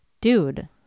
dude